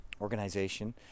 organization